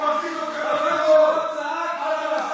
בבקשה, אדוני.